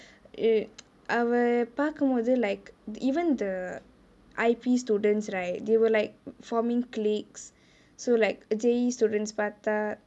err அவ பாக்கும்போது:ava paakumpothu like even the I_P students right they were like forming cliques so like J_A_E students பாத்தா:paatha